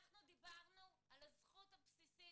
אנחנו דיברנו על הזכות הבסיסית,